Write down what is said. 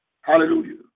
Hallelujah